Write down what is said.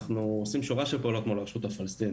אנחנו עושים שורה של פעולות מול הרשות הפלסטינית,